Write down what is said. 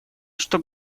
что